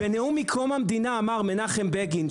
בנאום מקום המדינה אמר מנחם בגין,